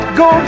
go